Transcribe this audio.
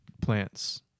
plants